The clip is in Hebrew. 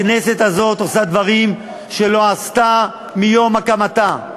הכנסת הזאת עושה דברים שלא עשתה מיום הקמתה.